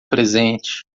presente